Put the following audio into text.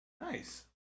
Nice